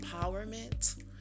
empowerment